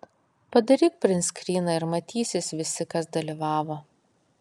padaryk printskryną ir matysis visi kas dalyvavo